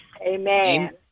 Amen